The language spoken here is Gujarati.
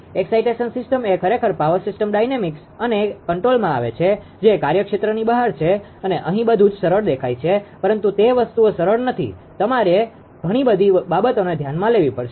એકસાઇટેશન સિસ્ટમ એ ખરેખર પાવર સિસ્ટમ ડાયનેમિકસ અને કંટ્રોલમાં આવે છે જે કાર્યક્ષેત્રની બહાર છે અને અહી બધું જ સરળ દેખાય છે પરંતુ તે વસ્તુઓ સરળ નથી તમારે ઘણી બધી બાબતોને ધ્યાનમાં લેવી પડશે